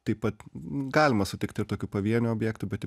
taip pat galima sutikt ir tokių pavienių objektų bet